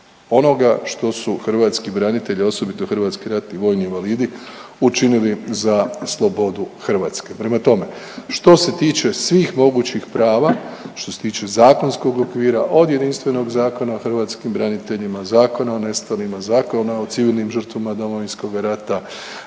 onoga što su hrvatski branitelji, a osobito hrvatski ratni vojni invalidi učinili za slobodu Hrvatske. Prema tome, što se tiče svih mogućih prava, što se tiče zakonskog okvira od jedinstvenog Zakona o hrvatskim braniteljima, Zakona o nestalima, Zakona o civilnim žrtvama Domovinskoga rata